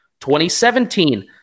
2017